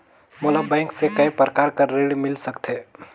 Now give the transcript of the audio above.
मोला बैंक से काय प्रकार कर ऋण मिल सकथे?